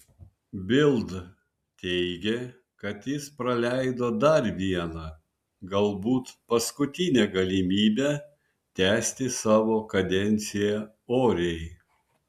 bild teigė kad jis praleido dar vieną galbūt paskutinę galimybę tęsti savo kadenciją oriai